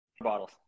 bottles